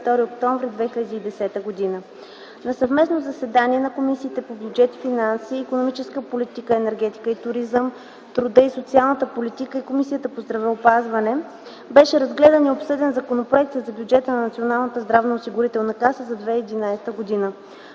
22 октомври 2010 г. На съвместно заседание на Комисията по бюджет и финанси, Комисията по икономическата политика, енергетика и туризъм, Комисията по труда и социалната политика и Комисията по здравеопазването, беше разгледан и обсъден Законопроекта за бюджета на Националната здравноосигурителна каса за 2011 г.